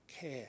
care